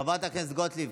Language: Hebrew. חברת הכנסת גוטליב,